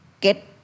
get